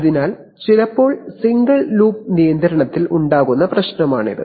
അതിനാൽ ചിലപ്പോൾ single loop നിയന്ത്രണത്തിൽ ഉണ്ടാകുന്ന പ്രശ്നമാണിത്